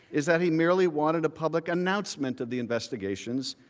is that he merely wanted a public announcement of the investigations,